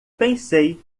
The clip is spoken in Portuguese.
pensei